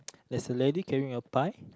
there's a lady carrying a pie